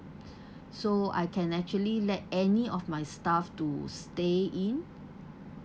so I can actually let any of my staff to stay in